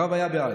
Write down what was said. הרב היה בעד.